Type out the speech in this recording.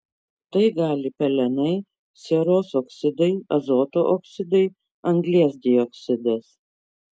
tai gali pelenai sieros oksidai azoto oksidai anglies dioksidas